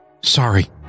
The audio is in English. Sorry